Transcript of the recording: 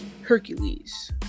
Hercules